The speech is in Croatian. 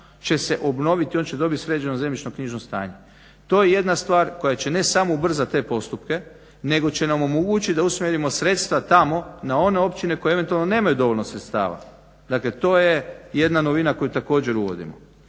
će se obnoviti i on će dobiti sređeno zemljišno-knjižno stanje. To je jedna stvar koja će ne samo ubrzati te postupke, nego će nam omogućiti da usmjerimo sredstva tamo na one općine koje eventualno nemaju dovoljno sredstava. Dakle, to je jedna novina koju također uvodimo